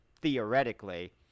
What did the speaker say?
theoretically